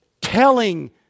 telling